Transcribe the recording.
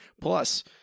Plus